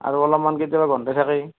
আৰু অলপমান কেতিয়াবা গোন্ধায় থাকে